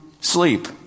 sleep